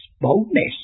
boldness